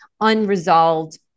unresolved